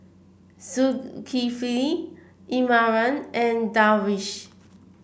Zulkifli Imran and Darwish